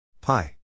Pi